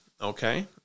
Okay